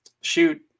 shoot